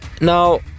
Now